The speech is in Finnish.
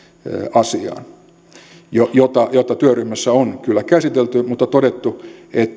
asiaan jota jota työryhmässä on kyllä käsitelty mutta